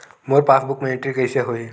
मोर passbook मा entry कइसे होही?